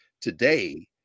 today